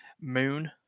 moon